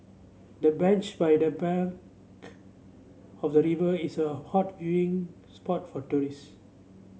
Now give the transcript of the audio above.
the bench by the bank of the river is a hot viewing spot for tourist